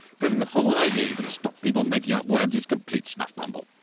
proving the whole idea you can stop people making up words is complete snuffbumble.